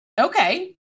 Okay